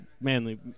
Manly